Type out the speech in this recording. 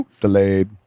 Delayed